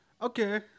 Okay